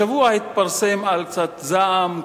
השבוע התפרסם על קצת זעם,